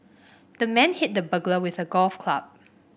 the man hit the burglar with a golf club